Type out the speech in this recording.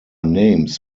names